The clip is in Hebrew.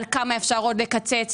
על כמה אפשר עוד לקצץ,